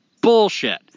bullshit